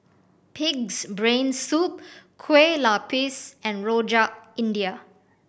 Pig's Brain Soup Kueh Lupis and Rojak India